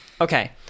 Okay